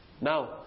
Now